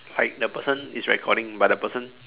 like the person is recording but the person